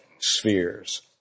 spheres